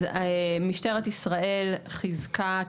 אז משטרת ישראל חיזקה,